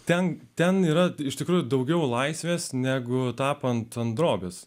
ten ten yra iš tikrųjų daugiau laisvės negu tapant ant drobės